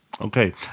Okay